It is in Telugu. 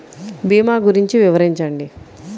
భీమా గురించి వివరించండి?